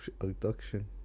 abduction